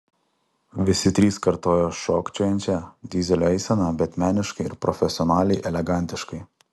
visi trys kartojo šokčiojančią dyzelio eiseną bet meniškai ir profesionaliai elegantiškai